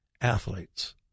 athletes